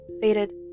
faded